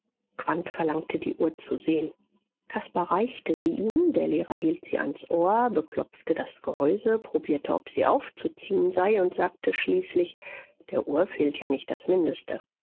verlangte die uhr zu sehen caspar reichte sie ihm der lehrer hielt sie ans ohr beklopfte das gehäuse probierte ob sie aufzuziehen sei und sagte schließlich der uhr fehlt ja nicht das mindeste